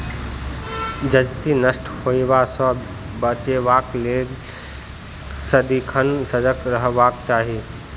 जजति नष्ट होयबा सँ बचेबाक लेल सदिखन सजग रहबाक चाही